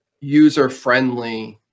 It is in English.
user-friendly